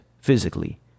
physically